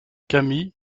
cami